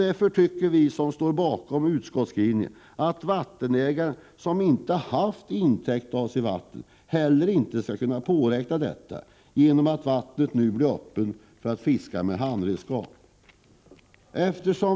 Därför tycker vi som står bakom utskottsmajoritetens skrivning att den vattenägare som inte har haft intäkter av sitt vatten heller inte skall kunna påräkna ersättning i samband med att hans vatten nu blir öppet för fiske med handredskap.